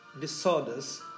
disorders